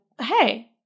hey